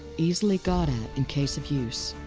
easily got at in case of use.